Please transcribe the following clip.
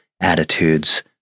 attitudes